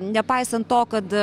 nepaisant to kad